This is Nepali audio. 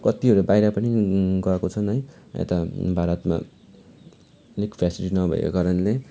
कतिहरू बाहिर पनि गएको छन् है यता भारतमा लिक फेसिलिटी नभएको कारणले